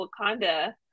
wakanda